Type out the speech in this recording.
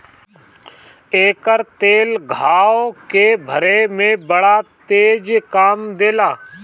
एकर तेल घाव के भरे में बड़ा तेज काम देला